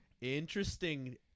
Interesting